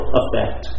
effect